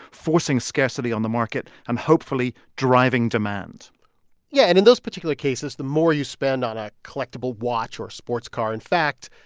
forcing scarcity on the market and hopefully driving demand yeah. and in those particular cases, the more you spend on a collectible watch or a sports car, in fact,